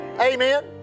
amen